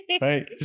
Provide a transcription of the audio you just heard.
Right